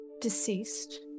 deceased